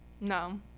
No